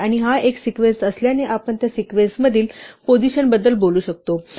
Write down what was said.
आणि हा एक सिक्वेन्स असल्याने आपण त्या सिक्वेन्समधील पोझिशनबद्दल बोलू शकतो